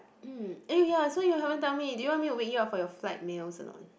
mm eh ya ya so you haven't tell me do you want me to wake you up for your flight meals or not